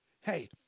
Hey